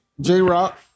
J-Rock